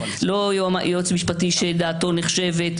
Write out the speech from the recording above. לא יועץ משפטי שדעתו נחשבת,